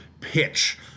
pitch